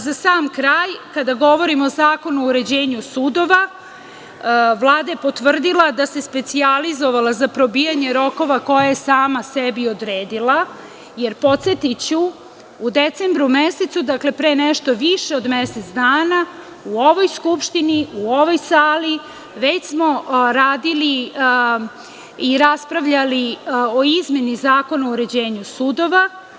Za sam kraj, kada govorimo o Zakonu o uređenju sudova, Vlada je potvrdila da se specijalizovala za probijanje rokova koje je sama sebi odredila, jer, podsetiću, u decembru mesecu, dakle, pre nešto više od mesec dana, u ovoj Skupštini, u ovoj sali, već smo radili i raspravljali o izmeni Zakona o uređenju sudova.